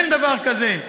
אין דבר כזה.